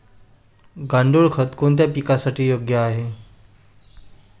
गांडूळ खत कोणत्या पिकासाठी योग्य आहे?